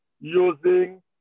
using